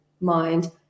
mind